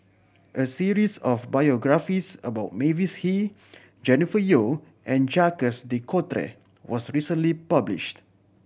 a series of biographies about Mavis Hee Jennifer Yeo and Jacques De Coutre was recently published